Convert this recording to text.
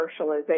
commercialization